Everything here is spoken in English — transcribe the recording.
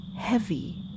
heavy